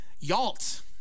YALT